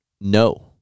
No